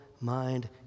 mind